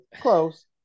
Close